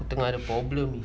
dengar ada problem